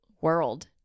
world